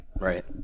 Right